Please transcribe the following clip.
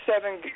Seven